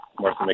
Martha